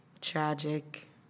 Tragic